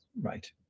Right